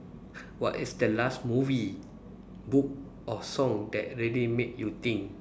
what is the last movie book or song that really made you think